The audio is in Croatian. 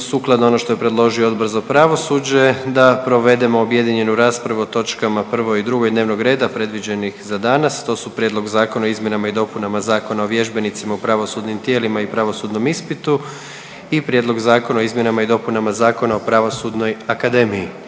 sukladno ono što je predložio Odbor za pravosuđe da provedemo objedinjenu raspravu o točkama 1. i 2. dnevnog reda predviđenih za danas. To su: - Prijedlog zakona o izmjenama i dopunama Zakona o vježbenicima u pravosudnim tijelima i pravosudnom ispitu; prvo čitanje, P.Z. br. 288 i - Prijedlog zakona o izmjenama i dopunama Zakona o Pravosudnoj akademiji,